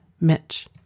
Mitch